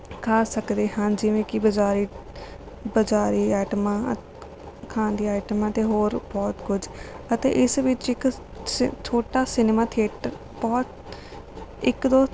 ਖਾ ਸਕਦੇ ਹਨ ਜਿਵੇਂ ਕਿ ਬਜ਼ਾਰੀ ਬਜ਼ਾਰੀ ਆਈਟਮਾਂ ਖਾਣ ਦੀਆਂ ਆਈਟਮਾਂ ਅਤੇ ਹੋਰ ਬਹੁਤ ਕੁਝ ਅਤੇ ਇਸ ਵਿੱਚ ਇੱਕ ਛੋਟਾ ਸਿਨੇਮਾ ਥੀਏਟਰ ਬਹੁਤ ਇੱਕ ਦੋ